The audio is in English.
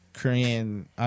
korean